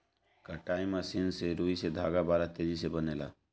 कताई मशीन से रुई से धागा बड़ा तेजी से बनेला